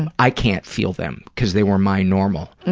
and i can't feel them, cause they were my normal,